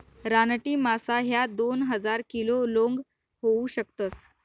रानटी मासा ह्या दोन हजार किलो लोंग होऊ शकतस